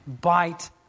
bite